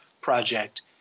project